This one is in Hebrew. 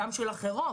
גם של אחרות.